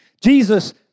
Jesus